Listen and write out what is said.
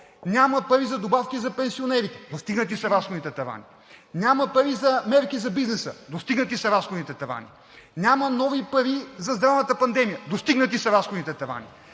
няма пари за добавки за пенсионери – достигнати са разходните тавани! Няма пари за мерки за бизнеса – достигнати са разходните тавани! Няма нови пари за здравната пандемия – достигнати са разходните тавани!